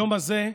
היום הזה,